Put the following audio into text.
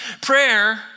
Prayer